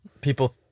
people